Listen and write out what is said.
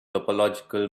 topological